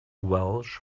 welsh